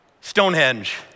Stonehenge